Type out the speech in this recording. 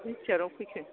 रिथियाराव फैखो